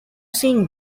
seeing